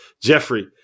Jeffrey